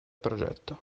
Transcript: progetto